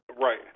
Right